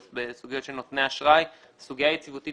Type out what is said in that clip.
בסוגיות של נותני אשראי הסוגיה היציבותית